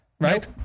Right